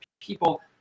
people